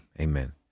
amen